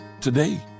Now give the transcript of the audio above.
Today